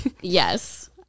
yes